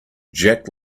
jack